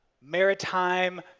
maritime